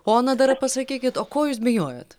ona dar pasakykit o ko jūs bijojot